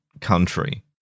country